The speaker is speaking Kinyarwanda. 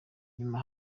nyuma